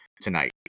tonight